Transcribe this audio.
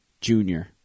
junior